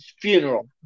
funeral